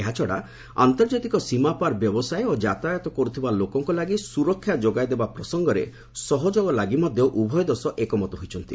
ଏହାଛଡ଼ା ଆନ୍ତର୍ଜାତିକ ସୀମା ପାର ବ୍ୟବସାୟ ଓ ଯାତାୟାତ କରୁଥିବା ଲୋକଙ୍କ ଲାଗି ସୁରକ୍ଷା ଯୋଗାଇଦେବା ପ୍ରସଙ୍ଗରେ ସହଯୋଗ ଲାଗି ମଧ୍ୟ ଉଭୟ ଦୋ ରାଜି ହୋଇଛନ୍ତି